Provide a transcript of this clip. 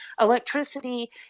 electricity